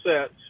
sets